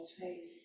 face